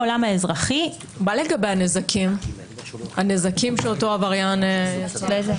מה לגבי הנזקים שאותו עבריין יצר?